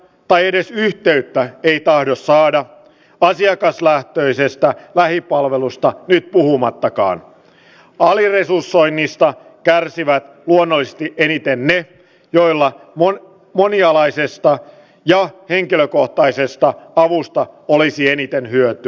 t pai edes yhteyttä ei tahdo saada asiakaslähtöisyys lähipalvelusta riippumatta kahn oli retusoimisesta kärsivät luonnollisesti eniten ne joilla monet monialaisista ja henkilökohtaisista paluusta olisi eniten hyöty